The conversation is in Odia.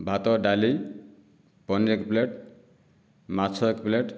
ଭାତ ଡାଲି ପନୀର୍ ଏକ ପ୍ଳେଟ୍ ମାଛ ଏକ ପ୍ଲେଟ୍